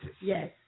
yes